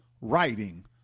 writing